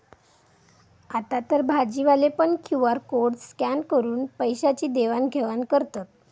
आतातर भाजीवाले पण क्यु.आर कोड स्कॅन करून पैशाची देवाण घेवाण करतत